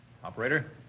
Operator